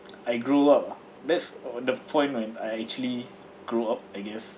I grew up ah that's uh the point when I actually grow up I guess